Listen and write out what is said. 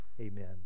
amen